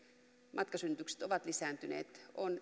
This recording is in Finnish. matkasynnytykset ovat lisääntyneet on